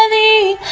and a